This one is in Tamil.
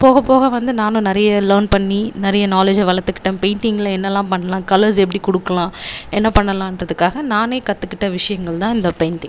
போகப் போக வந்து நானும் நிறைய லேர்ன் பண்ணி நிறைய நாலேஜ்ஜை வளர்த்துக்கிட்டேன் பெயிண்டிங்கில் என்னவெலாம் பண்ணலாம் கலர்ஸ் எப்படி கொடுக்கலாம் என்ன பண்ணலான்றதுக்காக நானே கற்றுக்கிட்ட விஷயங்கள் தான் இந்த பெயிண்டிங்